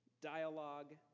dialogue